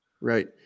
right